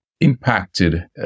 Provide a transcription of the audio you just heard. impacted